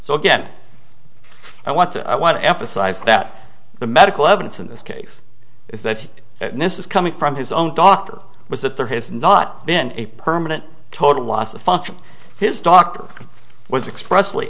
so again i want to i want to emphasize that the medical evidence in this case is that this is coming from his own doctor was that there has not been a permanent total loss of function his doctor was express